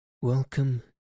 Welcome